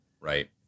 Right